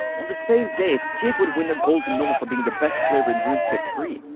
on the same date, jake would win a golden gnome for being the best player in runescape three.